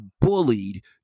bullied